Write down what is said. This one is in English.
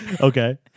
Okay